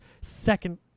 second